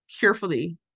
carefully